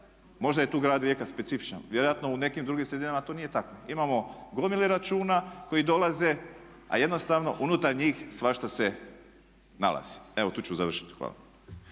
možda je tu grad Rijeka specifičan, vjerojatno u nekim drugim sredinama to nije tako. Imamo gomile računa koji dolaze, a jednostavno unutar njih svašta se nalazi. Evo tu ću završiti. Hvala.